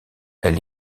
elle